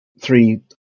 three